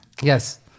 yes